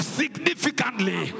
significantly